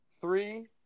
Three